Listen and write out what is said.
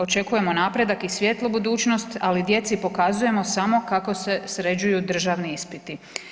Očekujemo napredak i svijetlu budućnost, ali djeci pokazujemo samo kako se sređuju državni ispiti.